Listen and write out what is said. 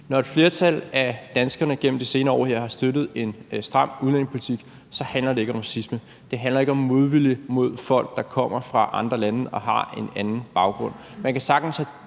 Når et flertal af danskerne her igennem de senere år har støttet en stram udlændingepolitik, så handler det ikke om racisme. Det handler ikke om modvilje mod folk, der kommer fra andre lande og har en anden baggrund.